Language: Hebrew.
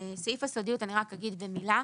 אני רק אגיד במילה,